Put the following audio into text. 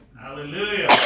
Hallelujah